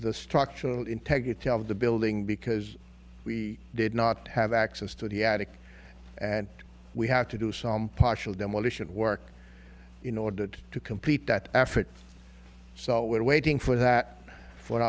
the structural integrity of the building because we did not have access to the attic and we have to do some partial demolition work in order to complete that effort so we're waiting for that